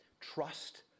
Trust